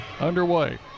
underway